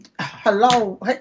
hello